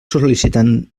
sol·licitants